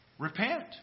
Repent